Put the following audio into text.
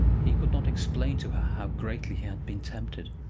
he could not explain to her how greatly he had been tempted.